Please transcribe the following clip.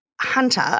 Hunter